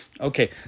Okay